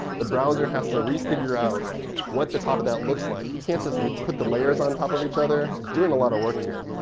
the browser has to re-figure out what the top of that looks like. you can't just put the layers on top of each other. it's doing a lot of work here.